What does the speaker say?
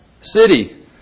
city